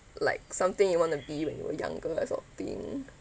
like something you want to be when you were younger that sort of thing